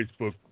Facebook